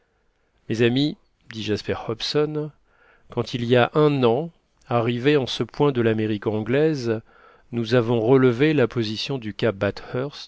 mes amis dit jasper hobson quand il y a un an arrivés en ce point de l'amérique anglaise nous avons relevé la position du cap